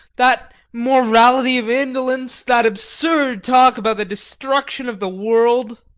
that morality of indolence, that absurd talk about the destruction of the world